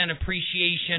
appreciation